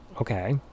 okay